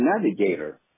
navigator